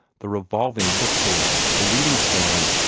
the revolving book-case, the reading-stand,